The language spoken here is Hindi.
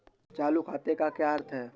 चालू खाते का क्या अर्थ है?